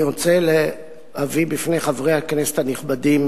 אני רוצה להביא בפני חברי הכנסת הנכבדים